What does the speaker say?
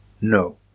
No